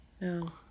No